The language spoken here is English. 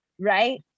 right